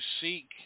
seek